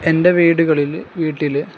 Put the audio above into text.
എൻ്റെ വീടുകളിൽ വീട്ടിൽ